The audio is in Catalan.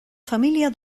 família